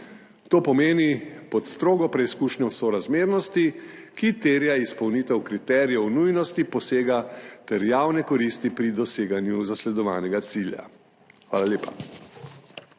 to pomeni pod strogo preizkušnjo sorazmernosti, ki terja izpolnitev kriterijev nujnosti posega ter javne koristi pri doseganju zasledovanega cilja. Hvala lepa.